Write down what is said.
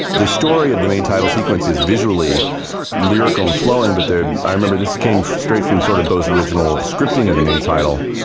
the story of the main title sequence is visually lyrical and flowing but then, i remember this came straight from sort of beau's original scripting of the main title.